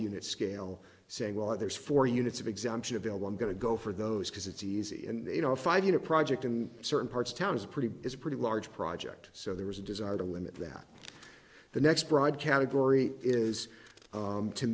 unit scale saying well there's four units of exemption available i'm going to go for those because it's easy and you know if i get a project in certain parts of town is pretty is a pretty large project so there was a desire to limit that the next broad category is